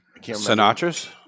Sinatra's